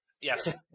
Yes